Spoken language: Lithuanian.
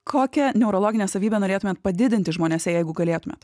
kokią neurologinę savybę norėtumėt padidinti žmonėse jeigu galėtumėt